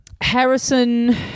Harrison